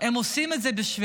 הם עושים את זה בשבילנו,